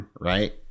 right